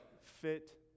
fit